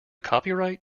copyright